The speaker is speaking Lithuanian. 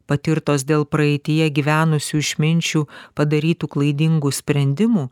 patirtos dėl praeityje gyvenusių išminčių padarytų klaidingų sprendimų